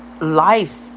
life